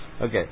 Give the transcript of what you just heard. Okay